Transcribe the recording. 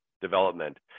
development